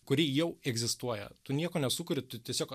kuri jau egzistuoja tu nieko nesukuri tu tiesiog